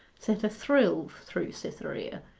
sent a thrill through cytherea,